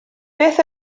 beth